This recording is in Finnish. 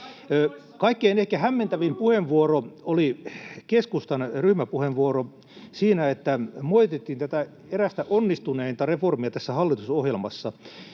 kaikkein hämmentävin puheenvuoro oli keskustan ryhmäpuheenvuoro siinä, että moitittiin tätä erästä onnistuneinta reformia tässä hallitusohjelmassa